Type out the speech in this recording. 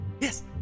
yes